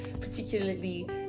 particularly